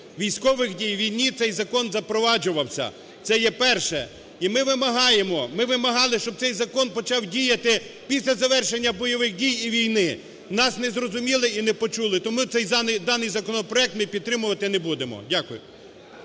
військових дій, війни цей закон запроваджувався. Це є перше. І ми вимагаємо, ми вимагали, щоб цей закон почав діяти після завершення бойових дій і війни. Нас не зрозуміли і не почули. Тому даний законопроект ми підтримувати не будемо. Дякую.